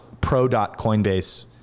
Pro.coinbase